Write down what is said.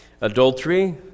Adultery